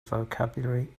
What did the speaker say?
vocabulary